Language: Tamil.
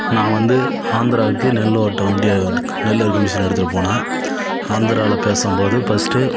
நான் வந்து ஆந்திராவுக்கு நெல் ஓட்ட வண்டியை நெல்லை அறுக்கும் மிஷினை எடுத்துகிட்டு போனேன் ஆந்திராவில் பேசும்போது ஃபர்ஸ்ட்டு